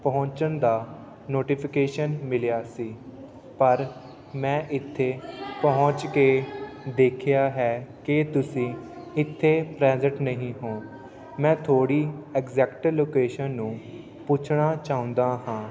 ਪਹੁੰਚਣ ਦਾ ਨੋਟੀਫਿਕੇਸ਼ਨ ਮਿਲਿਆ ਸੀ ਪਰ ਮੈਂ ਇੱਥੇ ਪਹੁੰਚ ਕੇ ਦੇਖਿਆ ਹੈ ਕਿ ਤੁਸੀਂ ਇੱਥੇ ਪ੍ਰੈਜੈਂਟ ਨਹੀਂ ਹੋ ਮੈਂ ਤੁਹਾਡੀ ਐਗਜੈਕਟ ਲੋਕੇਸ਼ਨ ਨੂੰ ਪੁੱਛਣਾ ਚਾਹੁੰਦਾ ਹਾਂ